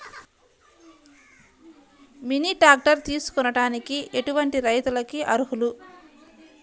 Mini tractor తీసుకోవడానికి ఎటువంటి రైతులకి అర్హులు?